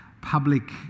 public